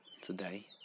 today